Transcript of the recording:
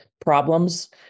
problems